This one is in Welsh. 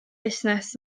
busnes